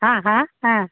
ಹಾಂ ಹಾಂ ಹಾಂ